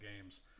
games